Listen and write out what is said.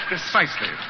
Precisely